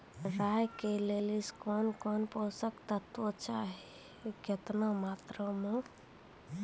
राई के लिए कौन कौन पोसक तत्व चाहिए आरु केतना मात्रा मे?